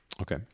Okay